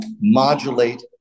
modulate